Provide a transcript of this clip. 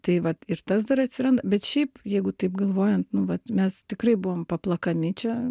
tai vat ir tas dar atsiranda bet šiaip jeigu taip galvojant nu vat mes tikrai buvom paplakami čia